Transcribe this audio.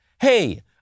Hey